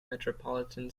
metropolitan